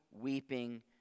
weeping